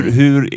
hur